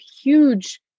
huge